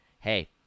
Hey